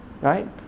right